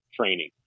training